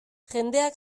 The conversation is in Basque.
jendeak